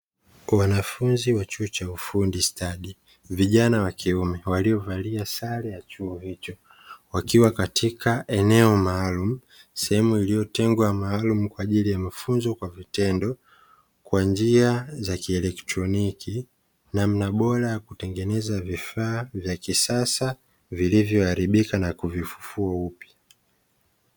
Wanafunzi wa chuo cha ufundi stadi, vijana wa kiume waliovalia sare ya chuo hicho, wakiwa katika eneo maalumu, sehemu iliyotengwa maalumu kwa ajili ya mafunzo kwa vitendo kwa njia za kielektroniki, namna bora ya kutengeneza vifaa vya kisasa vilivyoharibika na kuvifufua upya.